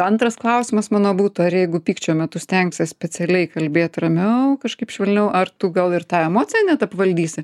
antras klausimas mano būtų ar jeigu pykčio metu stengsies specialiai kalbėt ramiau kažkaip švelniau ar tu gal ir tą emociją net apvaldysi